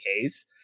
case